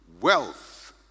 Wealth